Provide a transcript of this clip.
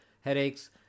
headaches